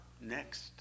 next